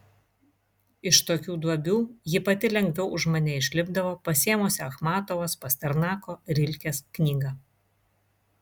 iš tokių duobių ji pati lengviau už mane išlipdavo pasiėmusi achmatovos pasternako rilkės knygą